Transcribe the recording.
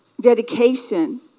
dedication